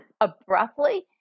abruptly